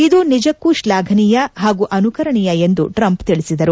ಇದು ನಿಜಕ್ನೂ ಶ್ವಾಘನೀಯ ಹಾಗೂ ಅನುಕರಣೀಯ ಎಂದು ಟ್ರಂಪ್ ತಿಳಿಸಿದರು